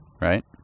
right